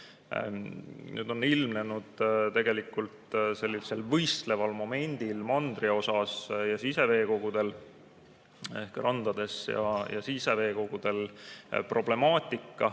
Nüüd on ilmnenud tegelikult sellisel võistleval momendil mandriosas ja siseveekogudel ehk randades ja siseveekogudel problemaatika,